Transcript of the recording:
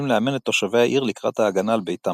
לאמן את תושבי העיר לקראת ההגנה על ביתם.